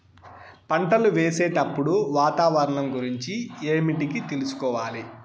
పంటలు వేసేటప్పుడు వాతావరణం గురించి ఏమిటికి తెలుసుకోవాలి?